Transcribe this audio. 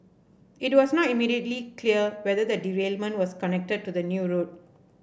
it was not immediately clear whether the derailment was connected to the new route